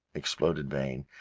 exploded vane.